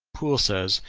poole says,